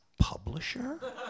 publisher